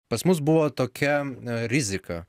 pas mus buvo tokia rizika